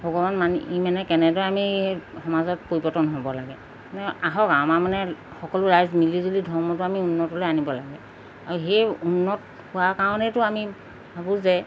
ভগৱান মানি ই মানে কেনেদৰে আমি সমাজত পৰিৱৰ্তন হ'ব লাগে আহক আমাৰ মানে সকলো ৰাইজ মিলিজুলি ধৰ্মটো আমি উন্নতলৈ আনিব লাগে আৰু সেই উন্নত হোৱা কাৰণেতো আমি ভাবোঁ যে